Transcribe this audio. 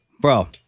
Bro